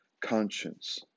conscience